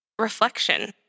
reflection